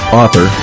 author